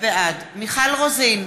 בעד מיכל רוזין,